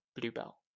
Bluebell